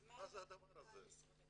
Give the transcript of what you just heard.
מה זה הדבר הזה?